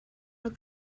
rak